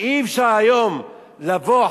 כי אי-אפשר היום לבוא,